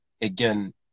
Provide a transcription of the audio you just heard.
again